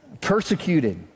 persecuted